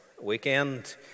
weekend